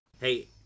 Hey